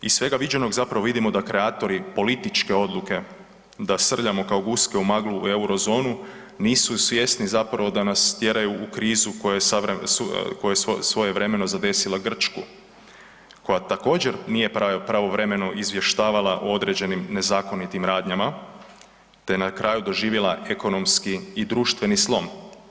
Iz svega viđenog zapravo vidimo da kreatori političke odluke, da srljamo kao guske u maglu u Euro zonu, nisu svjesni zapravo da nas tjeraju u krizu koje je svojevremeno zadesila Grčku, koja također nije pravovremeno izvještavala o određenim nezakonitim radnjama te na kraju je doživjela ekonomski i društveni slom.